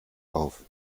auf